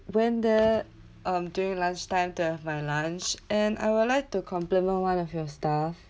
when the um during lunchtime to have my lunch and I would like to compliment one of your staff